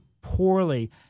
poorly